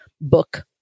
book